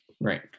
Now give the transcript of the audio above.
Right